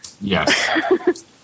Yes